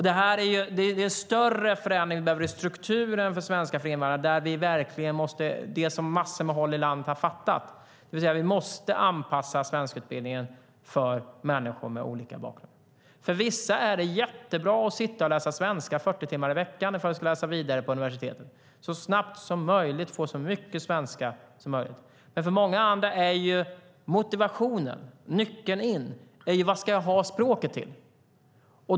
Det krävs en större förändring när det gäller strukturen för svenska för invandrare, och på massor av håll i landet har man redan fattat det. Det vill säga, vi måste anpassa svenskutbildningen för människor med olika bakgrund. För vissa är det jättebra att sitta och läsa svenska 40 timmar i veckan, för de ska läsa vidare på universitetet och behöver så snabbt som möjligt få så mycket svenska som möjligt. För många andra är motivationen, nyckeln in, vad man ska ha språket till.